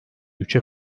üçe